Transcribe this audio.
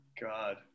God